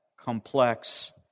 complex